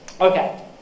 Okay